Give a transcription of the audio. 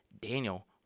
Daniel